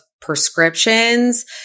prescriptions